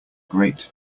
great